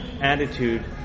attitude